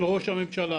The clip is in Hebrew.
של ראש הממשלה,